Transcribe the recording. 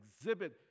exhibit